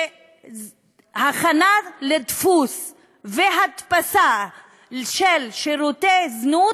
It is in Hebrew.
שהכנה לדפוס והדפסה של שירותי זנות